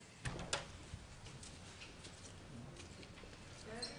כבוד היושב